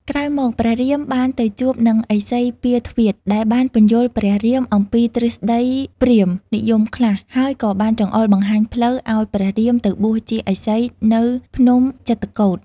ក្រោយមកព្រះរាម បានទៅជួបនឹងឥសី ពារទ្វាទ្យ ដែលបានពន្យល់ព្រះរាមអំពីទ្រឹស្តីព្រាហ្មណ៍និយមខ្លះ ហើយក៏បានចង្អុលបង្ហាញផ្លូវ ឱ្យព្រះរាម ទៅបួសជាឥសីនៅភ្នំចិត្រកូដ។